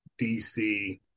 dc